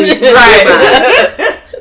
Right